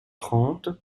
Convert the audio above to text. trente